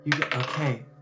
Okay